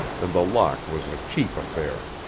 and the lock was a cheap affair.